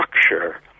structure